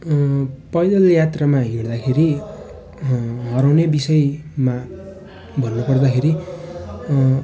पैदल यात्रामा हिँड्दाखेरि हराउने विषयमा भन्नुपर्दाखेरि